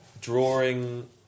drawing